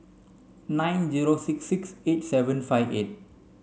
nine zero six six eight seven five eight